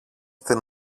την